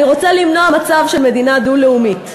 "אני רוצה למנוע מצב של מדינה דו-לאומית,